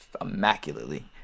Immaculately